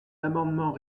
amendement